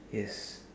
yes